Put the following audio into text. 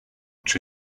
czy